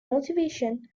motivation